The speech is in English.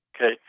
Okay